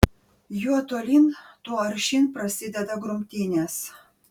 juo tolyn tuo aršyn prasideda grumtynės